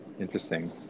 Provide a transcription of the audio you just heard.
Interesting